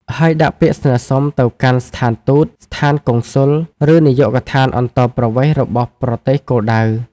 ហើយដាក់ពាក្យស្នើសុំទៅកាន់ស្ថានទូត ស្ថានកុងស៊ុល ឬនាយកដ្ឋានអន្តោប្រវេសន៍របស់ប្រទេសគោលដៅ។